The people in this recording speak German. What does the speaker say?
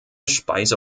speise